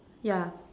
yeah